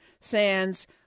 Sands